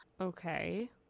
Okay